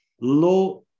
law